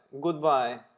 goodbye!